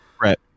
Right